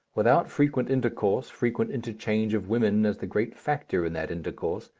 without frequent intercourse, frequent interchange of women as the great factor in that intercourse,